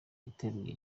yateruye